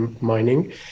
mining